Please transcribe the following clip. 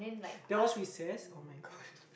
there was recess oh-my-god